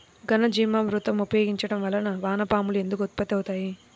ఘనజీవామృతం ఉపయోగించటం వలన వాన పాములు ఎందుకు ఉత్పత్తి అవుతాయి?